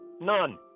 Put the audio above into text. None